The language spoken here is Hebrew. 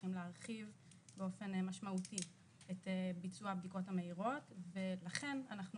הולכים להרחיב באופן משמעותי את ביצוע הבדיקות המהירות ולכן אנחנו